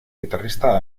guitarrista